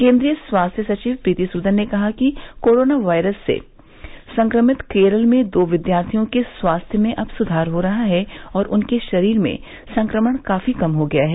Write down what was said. केन्द्रीय स्वास्थ्य सचिव प्रीति सूदन ने कहा है कि कोरोना वायरस से संक्रमित केरल में दो विद्यार्थियों के स्वास्थ्य में अब सुधार हो रहा है और उनके शरीर में संक्रमण काफी कम हो गया है